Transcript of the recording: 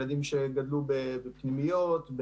ילדים שגדלו בפנימיות,